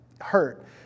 hurt